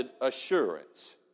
assurance